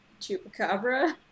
chupacabra